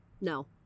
No